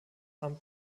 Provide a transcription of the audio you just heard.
amt